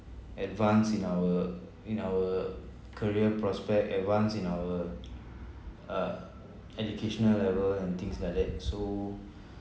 advance in our in our career prospect advance in our uh educational level and things like that so